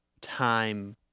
time